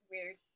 Weird